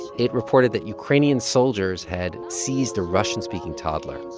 it reported that ukrainian soldiers had seized a russian-speaking toddler,